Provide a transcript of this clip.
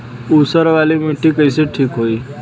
ऊसर वाली मिट्टी कईसे ठीक होई?